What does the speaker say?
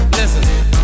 Listen